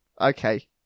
Okay